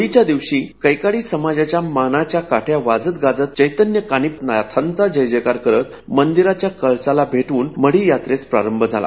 होळीच्या दिवशी कैकाडी समाजाच्या मानाच्या काठ्या वाजत गाजत चैतन्य कानिफ नाथांचा जयजयकार करत मंदिराच्या कळसाला भेटवून मढी यात्रेस प्रारभ झाला